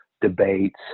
debates